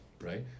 right